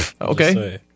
Okay